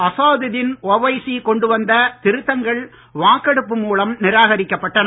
அசாதுதின் ஓவைசி கொண்டு வந்த திருத்தங்கள் வாக்கெடுப்பு மூலம் நிராகரிக்கப்பட்டன